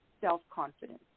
self-confidence